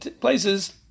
places